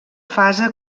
fase